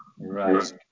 Right